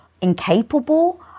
incapable